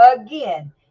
again